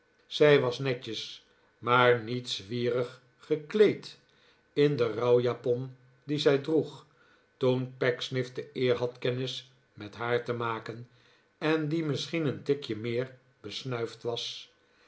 zij was netjes maar niet zwierig gekleed in de rouwjapon die zij droeg toen pecksniff de eer had kennis met haar te maken en die misschien een tikje meer besnuifd was